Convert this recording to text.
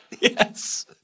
Yes